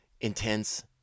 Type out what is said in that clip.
intense